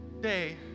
day